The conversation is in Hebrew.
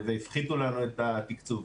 והפחיתו לנו את התקצוב.